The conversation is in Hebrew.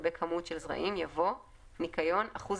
לגבי כמות של זרעים" יבוא: ""נקיון" אחוז